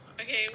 okay